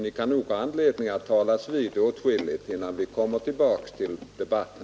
Ni kan nog ha anledning att talas vid åtskilligt, innan vi kommer tillbaka till bostadsdebatten.